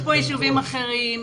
יש יישובים אחרים,